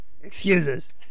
Excuses